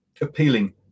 appealing